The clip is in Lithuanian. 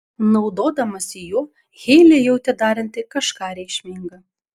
naudodamasi juo heilė jautė daranti kažką reikšminga